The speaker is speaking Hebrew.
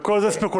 וכל זה ספקולציות.